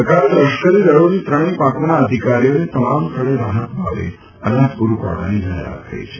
સરકારે લશ્કરી દળોની ત્રણેય પાંખોના અધિકારીઓને તમામ સ્થળે રાહત ભાવે અનાજ પુરુંન્પાડવાની જાહેરાત કરી છે